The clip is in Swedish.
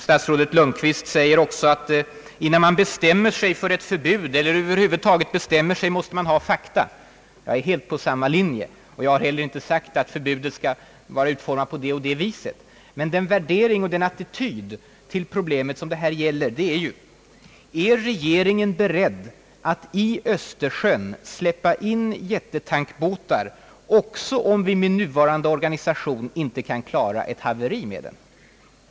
Statsrådet Lundkvist säger också att man måste ha fakta innan man bestämmer sig för ett förbud eller över huvud taget bestämmer sig. Jag är helt och hållet på samma linje. Jag har inte heller sagt att förbudet skall vara utformat på det och det viset. Men den värdering och den attityd till problemet som det här gäller är ju: Är regeringen beredd att i Östersjön släppa in jättetankbåtar, också om vi med nuvarande organisation inte kan klara ett haveri med dem?